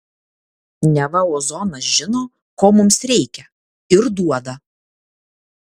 neva ozonas žino ko mums reikia ir duoda